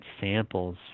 samples